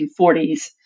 1940s